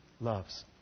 loves